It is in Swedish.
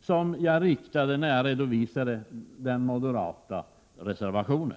som jag riktade när jag redovisade den moderata reservationen.